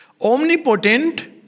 Omnipotent